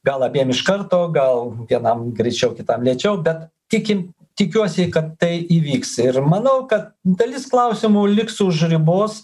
gal abiem iš karto gal vienam greičiau kitam lėčiau bet tikim tikiuosi kad tai įvyks ir manau ka dalis klausimų liks už ribos